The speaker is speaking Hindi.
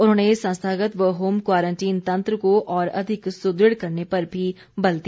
उन्होंने संस्थागत व होम क्वारंटीन तंत्र को और अधिक सुदृढ़ करने पर भी बल दिया